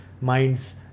minds